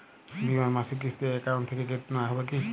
বিমার মাসিক কিস্তি অ্যাকাউন্ট থেকে কেটে নেওয়া হবে কি?